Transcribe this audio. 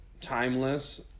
timeless